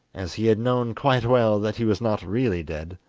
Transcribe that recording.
as he had known quite well that he was not really dead.